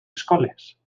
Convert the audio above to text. escoles